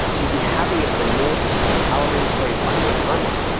but you'd be having it in the most empowering place on your timeline,